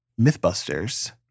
Mythbusters